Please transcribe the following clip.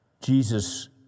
Jesus